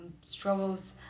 struggles